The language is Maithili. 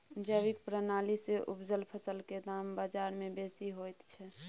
जैविक प्रणाली से उपजल फसल के दाम बाजार में बेसी होयत छै?